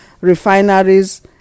refineries